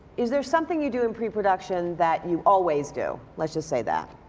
is there something you do in production that you always do. let's just say that.